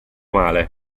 male